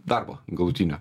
darbo galutinio